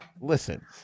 Listen